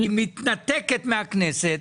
היא מתנתקת מהכנסת,